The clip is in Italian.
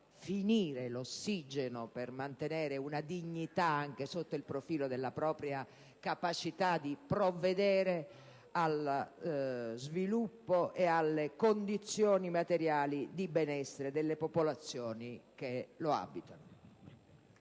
finire l'ossigeno per mantenere una dignità anche sotto il profilo della propria capacità di provvedere allo sviluppo e alle condizioni materiali di benessere delle popolazioni che lo abitano.